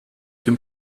dem